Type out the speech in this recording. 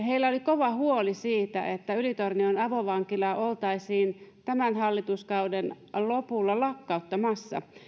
heillä oli kova huoli siitä että ylitornion avovankilaa oltaisiin tämän hallituskauden lopulla lakkauttamassa